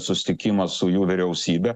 susitikimą su jų vyriausybe